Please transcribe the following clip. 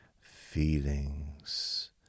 feelings